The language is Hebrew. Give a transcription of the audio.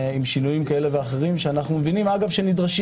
עם שינויים כאלה ואחרים שאנו מבינים שנדרשים,